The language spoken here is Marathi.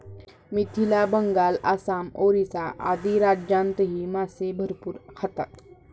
मिथिला, बंगाल, आसाम, ओरिसा आदी राज्यांतही मासे भरपूर खातात